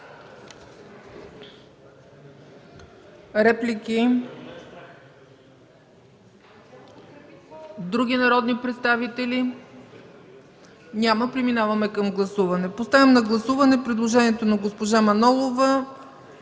Реплики? Няма. Други народни представители? Няма. Преминаваме към гласуване. Поставям на гласуване предложението на народните